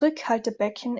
rückhaltebecken